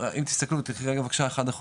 אם תסתכלו, בהתחלה,